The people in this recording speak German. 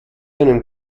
einem